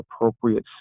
appropriate